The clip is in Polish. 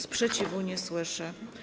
Sprzeciwu nie słyszę.